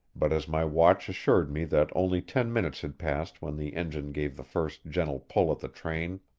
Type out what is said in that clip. but as my watch assured me that only ten minutes had passed when the engine gave the first gentle pull at the train,